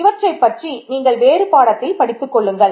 இவற்றைப் பற்றி நீங்கள் வேறு பாடத்தில் படித்துக்கொள்ளுங்கள்